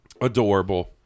adorable